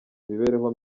imibereho